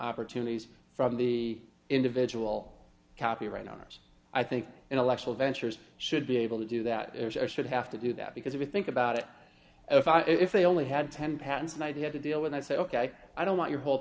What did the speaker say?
opportunities from the individual copyright owners i think intellectual ventures should be able to do that as i should have to do that because if you think about it if they only had ten patents and i'd have to deal with i said ok i don't want your whole